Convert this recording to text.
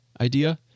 idea